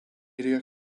area